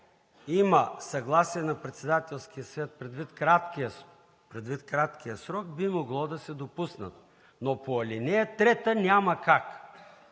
има съгласие на Председателския съвет, предвид крайния срок, би могло да се допуснат, но по ал. 3 няма как,